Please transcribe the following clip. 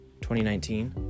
2019